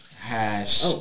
hash